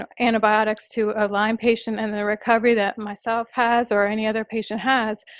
um antibiotics to a lyme patient and the recovery that myself has or any other patient has.